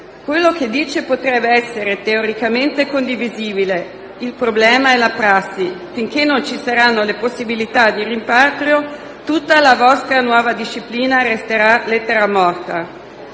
quello che dice potrebbe essere teoricamente condivisibile, il problema è la prassi. Finché non ci saranno le possibilità di rimpatrio, tutta la vostra nuova disciplina resterà lettera morta.